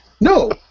No